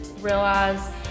realize